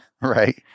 Right